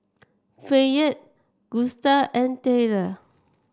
Fayette Gusta and Tayler